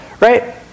Right